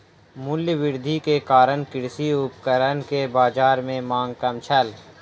मूल्य वृद्धि के कारण कृषि उपकरण के बाजार में मांग कम छल